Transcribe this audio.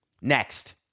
Next